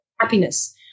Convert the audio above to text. happiness